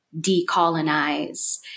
decolonize